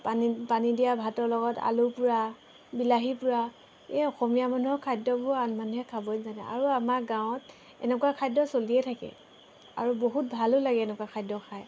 পানী পানী দিয়া ভাতৰ লগত আলু পোৰা বিলাহী পোৰা এই অসমীয়া মানুহৰ খাদ্যবোৰ আন মানুহে খাবই নাজানে আৰু আমাৰ গাঁৱত এনেকুৱা খাদ্য চলিয়ে থাকে আৰু বহুত ভালো লাগে এনেকুৱা খাদ্য খাই